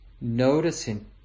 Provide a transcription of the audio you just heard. noticing